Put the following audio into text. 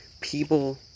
people